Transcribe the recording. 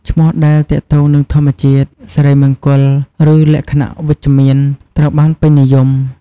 ឈ្មោះដែលទាក់ទងនឹងធម្មជាតិ សិរីមង្គល ឬលក្ខណៈវិជ្ជមាន ត្រូវបានពេញនិយម។